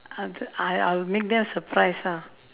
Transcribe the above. uh the I I will make them surprised lah